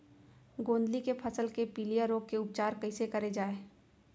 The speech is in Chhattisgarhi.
गोंदली के फसल के पिलिया रोग के उपचार कइसे करे जाये?